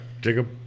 Jacob